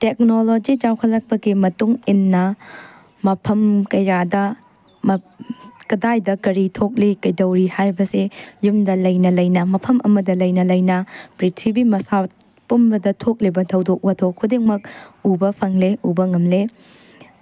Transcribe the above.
technology ꯆꯥꯎꯈꯠꯂꯛꯄꯒꯤ ꯃꯇꯨꯡ ꯏꯟꯅ ꯃꯐꯝ ꯀꯌꯥꯗ ꯀꯗꯥꯏꯗ ꯀꯔꯤ ꯊꯣꯛꯂꯤ ꯀꯩꯗꯧꯔꯤ ꯍꯥꯏꯕꯁꯦ ꯌꯨꯝꯗ ꯂꯩꯅ ꯂꯩꯅ ꯃꯐꯝ ꯑꯃꯗ ꯂꯩꯅ ꯂꯩꯅ ꯄ꯭ꯔꯤꯊꯤꯕꯤ ꯃꯁꯥ ꯄꯨꯝꯕꯗ ꯊꯣꯛꯂꯤꯕ ꯊꯧꯗꯣꯛ ꯋꯥꯊꯣꯛ ꯈꯨꯗꯤꯡꯃꯛ ꯎꯕ ꯐꯪꯂꯦ ꯎꯕ ꯉꯝꯂꯦ